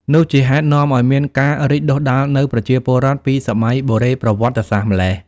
នោះជាហេតុនាំឱ្យមានការរីកដុះដាលនូវប្រជាពលរដ្ឋ ពីសម័យបុរេប្រវត្តិសាស្រ្តម៉្លេះ។